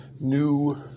new